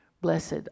blessed